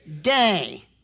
day